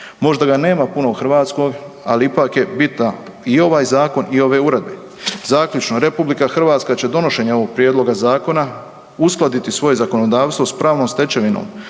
Možda ga nema puno u Hrvatskoj, ali ipak je bitna i ovaj Zakon i ove uredbe. Zaključno, RH će donošenjem ovog Prijedloga zakona uskladiti svoje zakonodavstvo s pravnom stečevinom